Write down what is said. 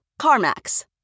CarMax